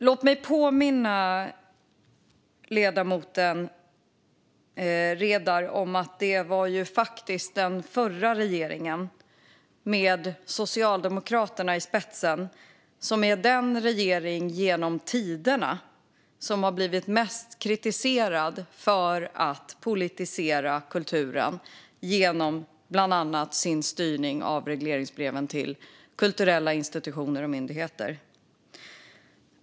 Låt mig påminna ledamoten Redar om att det faktiskt är den förra regeringen med Socialdemokraterna i spetsen som är den mest kritiserade regeringen genom tiderna för att politisera kulturen, bland annat genom sin styrning i regleringsbreven till kulturella institutioner och myndigheter.